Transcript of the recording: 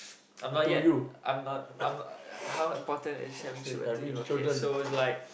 um not yet I'm uh I'm uh how important is having children to you okay so it's like